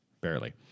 barely